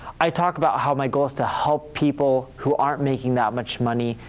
i talk about how my goal's to help people who aren't making that much money,